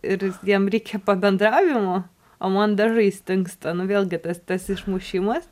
ir jam reikia pabendravimo o man dažai stingsta nu vėlgi tas tas išmušimas